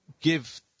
give